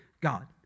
God